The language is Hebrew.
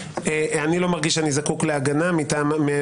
אני לא מרגיש שאני זקוק להגנה מהיועצת